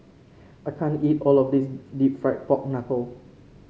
I can't eat all of this deep fried Pork Knuckle